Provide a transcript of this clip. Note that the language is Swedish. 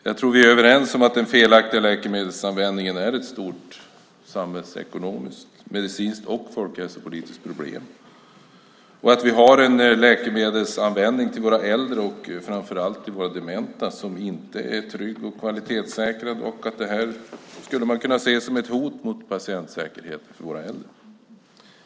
Jag tror att vi är överens om att den felaktiga läkemedelsanvändningen är ett stort samhällsekonomiskt, medicinskt och folkhälsopolitiskt problem, att vi har en läkemedelsanvändning bland våra äldre och framför allt våra dementa som inte är trygg och kvalitetssäkrad och att det här skulle kunna ses som ett hot mot patientsäkerheten för våra äldre.